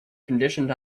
conditioned